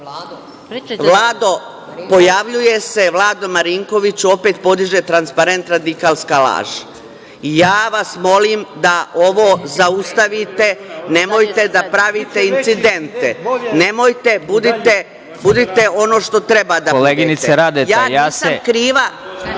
Vučića ko je…Vlado Marinkoviću, opet podiže transparent: „Radikalska laž“.Ja vas molim da ovo zaustavite, nemojte da pravite incidente. Nemojte, budite ono što treba da budete. **Vladimir